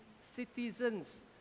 citizens